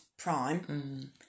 Prime